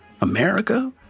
America